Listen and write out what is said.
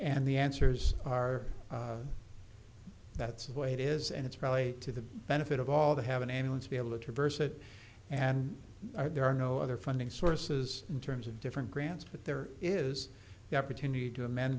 and the answers are that's the way it is and it's probably to the benefit of all that haven't anyone to be able to traverse it and there are no other funding sources in terms of different grants but there is the opportunity to amen